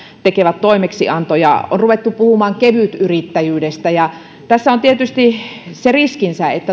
tekevät toimeksiantoja on ruvettu puhumaan kevytyrittäjyydestä tässä on tietysti se riski